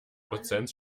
prozent